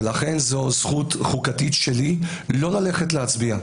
ולכן זו זכות חוקתית שלי לא ללכת להצביע.